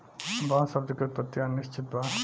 बांस शब्द के उत्पति अनिश्चित बा